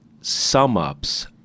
sum-ups